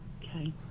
Okay